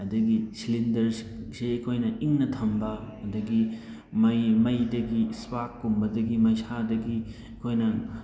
ꯑꯗꯒꯤ ꯁꯤꯂꯤꯟꯗꯔꯁꯦ ꯑꯩꯈꯣꯏꯅ ꯏꯪꯅ ꯊꯝꯕ ꯑꯗꯒꯤ ꯃꯩ ꯃꯩꯗꯒꯤ ꯏꯁꯄꯥꯛ ꯀꯨꯝꯕꯗꯒꯤ ꯃꯩꯁꯥꯗꯒꯤ ꯑꯩꯈꯣꯏꯅ